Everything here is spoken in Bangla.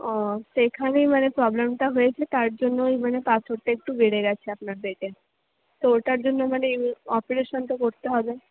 ও সেখানেই মানে প্রবলেমটা হয়েছে তার জন্যই মানে পাথরটা একটু বেড়ে গেছে আপনার পেটে তো ওটার জন্য মানে অপারেশনটা করতে হবে